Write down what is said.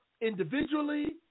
individually